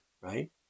right